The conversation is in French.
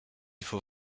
faut